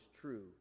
true